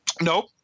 Nope